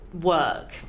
work